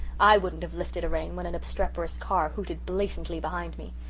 i wouldn't have lifted a rein when an obstreperous car hooted blatantly behind me.